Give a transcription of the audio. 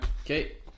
Okay